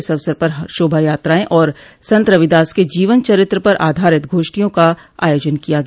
इस अवसर पर शोभा यात्राएं और संत रविदास के जीवन चरित्र पर आधारित गोष्ठियों का आयोजन किया गया